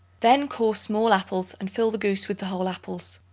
then core small apples and fill the goose with the whole apples.